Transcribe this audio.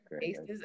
Faces